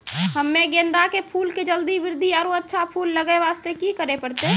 हम्मे गेंदा के फूल के जल्दी बृद्धि आरु अच्छा फूल लगय वास्ते की करे परतै?